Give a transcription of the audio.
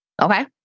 Okay